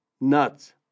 nuts